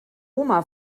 oma